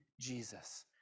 Jesus